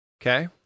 Okay